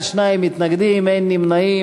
21 בעד, שניים מתנגדים, אין נמנעים.